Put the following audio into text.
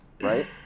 Right